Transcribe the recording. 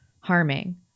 harming